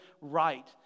right